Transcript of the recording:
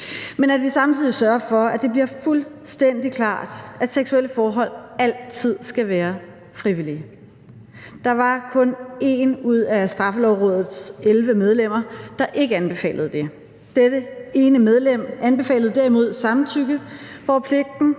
men at vi samtidig skulle sørge for, at det bliver fuldstændig klart, at seksuelle forhold altid skal være frivillige. Der var kun 1 ud af Straffelovrådets 11 medlemmer, der ikke anbefalede det. Dette ene medlem anbefalede derimod samtykke, hvor pligten